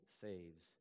saves